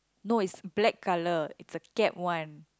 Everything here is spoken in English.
no is black colour it's the cap one